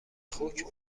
خوک